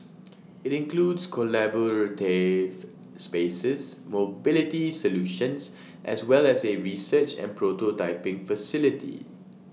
IT includes collaborative spaces mobility solutions as well as A research and prototyping facility